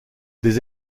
des